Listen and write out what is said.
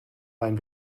rein